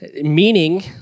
meaning